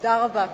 תודה רבה.